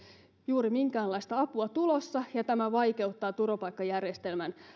juuri minkäänlaista apua tulossa ja tämä vaikeuttaa turvapaikkajärjestelmän